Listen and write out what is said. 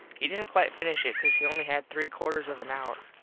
he didnt quite finish it cause he only had three quarters of an hour.